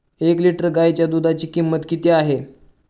एक लिटर गाईच्या दुधाची किंमत किती आहे?